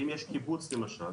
אם יש קיבוץ למשל